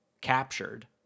captured